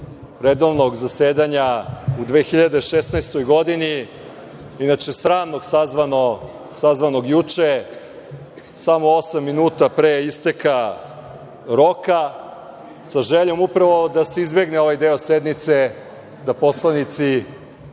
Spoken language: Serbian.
redovnog zasedanja u 2016. godini, inače sramno sazvanog juče, samo osam minuta pre isteka roka, sa željom upravo da se izbegne ovaj deo sednice da poslanici